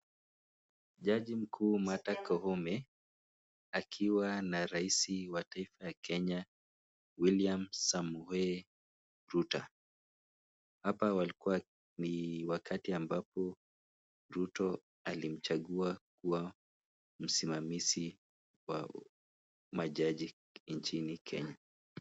Jaji mkuu Martha Koome akiwa na rais wa taifa ya Kenya William Samoei Ruto, hapa walikuwa ni wakati ambapo Ruto alimchagua kuwa msimamizi wa majaji nchini Kenya.